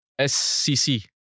SCC